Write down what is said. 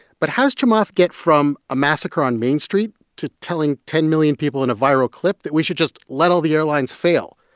but how does chamath get from a massacre on main street to telling ten million people in a viral clip that we should just let all the airlines fail?